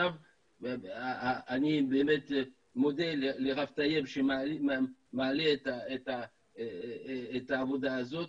אני באמת מודה לרב טייב שמעלה את העבודה הזאת,